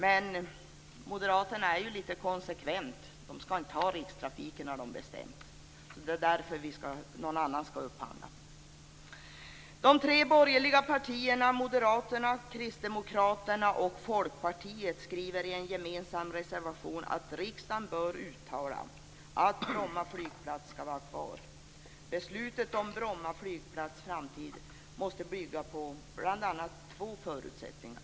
Men moderaterna är konsekventa. De vill inte ha rikstrafiken, har de bestämt, och det är därför som någon annan skall sköta upphandlingen. De tre borgerliga partierna Moderaterna, Kristdemokraterna och Folkpartiet skriver i en gemensam reservation att riksdagen bör uttala att Bromma flygplats skall vara kvar. Beslutet om Bromma flygplats framtid måste bygga på bl.a. två förutsättningar.